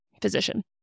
physician